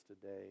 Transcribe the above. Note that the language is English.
today